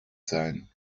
sein